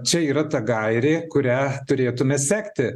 čia yra ta gairė kuria turėtumėme sekti